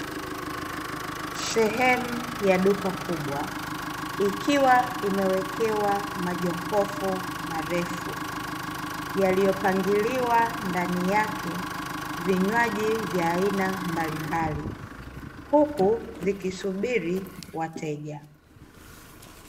Sehemu ya duka kubwa ikiwa imewekewa majokofu marefu yaliyopangiliwa ndani yake vinywaji vya aina mbalimbali huku vikisubiri wateja.